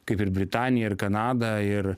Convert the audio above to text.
kaip ir britanija ir kanada ir